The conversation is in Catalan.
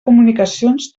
comunicacions